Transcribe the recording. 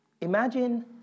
imagine